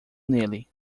nele